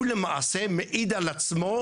הוא למעשה מעיד על עצמו,